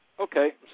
Okay